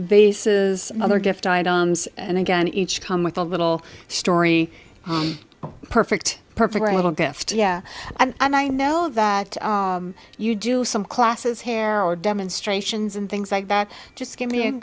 bases other gift items and again each come with a little story perfect perfect little gift yeah i know that you do some classes hair or demonstrations and things like that just give me a